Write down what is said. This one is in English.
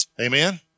Amen